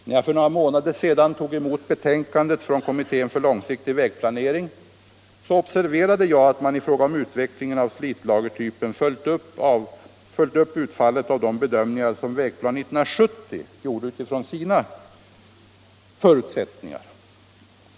När jag för några månader sedan tog emot betänkandet från kommittén för långsiktig vägplanering observerade jag att man i fråga om utvecklingen av slitlagertypen följt upp utfallet av de bedömningar som Vägplan 1970 gjorde utifrån sina förutsättningar.